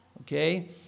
Okay